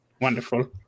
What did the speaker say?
Wonderful